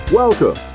welcome